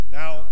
now